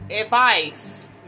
advice